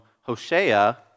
Hosea